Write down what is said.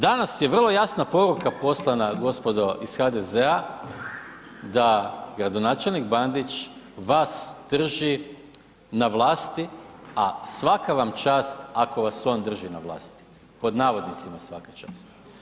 Danas je vrlo jasna poruka poslana gospodo iz HDZ-a, da gradonačelnik Bandić vas drži na vlasti, a svaka vam čast ako vas on drži na vlasti, pod navodnicima svaka čast.